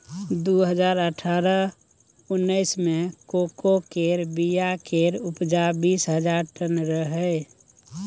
दु हजार अठारह उन्नैस मे कोको केर बीया केर उपजा बीस हजार टन रहइ